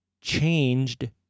changed